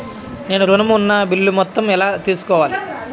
నేను ఋణం ఉన్న బిల్లు మొత్తం ఎలా తెలుసుకోవాలి?